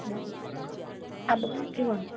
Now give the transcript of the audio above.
अब के गर्नु